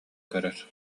көрөр